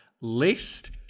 List